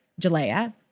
Jalea